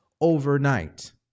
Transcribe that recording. overnight